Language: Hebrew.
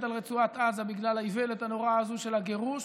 על רצועת עזה בגלל האיוולת הנוראה הזאת של הגירוש,